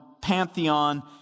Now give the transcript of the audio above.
pantheon